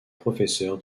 professeur